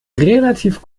relativ